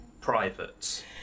private